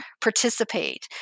participate